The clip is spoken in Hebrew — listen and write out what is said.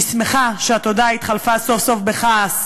אני שמחה שהתודה התחלפה סוף-סוף בכעס.